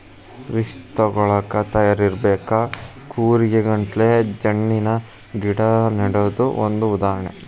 risk ತುಗೋಳಾಕ ತಯಾರ ಇರಬೇಕ, ಕೂರಿಗೆ ಗಟ್ಲೆ ಜಣ್ಣಿನ ಗಿಡಾ ನೆಡುದು ಒಂದ ಉದಾಹರಣೆ